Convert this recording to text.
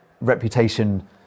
reputation